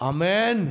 Amen